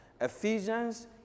Ephesians